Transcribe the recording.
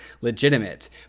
legitimate